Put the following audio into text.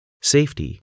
safety